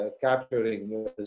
capturing